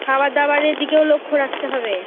খাবার দাবারের দিকেও লক্ষ্য রাখতে হবে